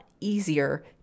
easier